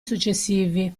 successivi